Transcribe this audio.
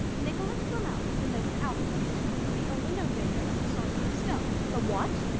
nicholas flamel, the noted alchemist, is the only known maker of the sorcerer's stone. the what?